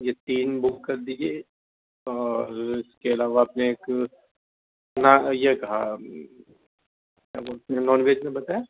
یہ تین بک کر دیجئے اور اس کے علاوہ اپنے ایک نان یہ کہا کیا بولتے ہیں نون ویج میں بتائیں